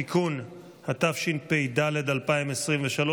התשפ"ד 2023,